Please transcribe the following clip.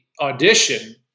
audition